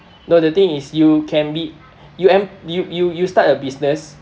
no the thing is you can be you am~ you you you start a business